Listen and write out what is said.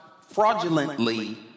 fraudulently